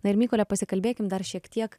na ir mykole pasikalbėkim dar šiek tiek